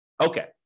Okay